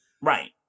Right